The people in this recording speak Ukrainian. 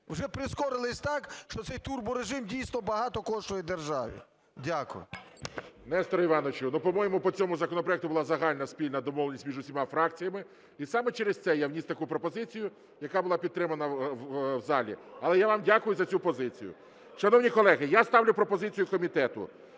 Вже прискорились так, що цей турборежим дійсно багато коштує державі. Дякую. ГОЛОВУЮЧИЙ. Несторе Івановичу, по-моєму, по цьому законопроекту була загальна спільна домовленість між усіма фракціями, і саме через це я вніс таку пропозицію, яка була підтримана в залі. Але я вам дякую за цю позицію. Шановні колеги, я ставлю пропозицію комітету